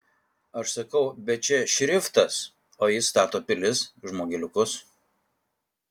aš sakau bet čia šriftas o jis stato pilis žmogeliukus